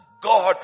God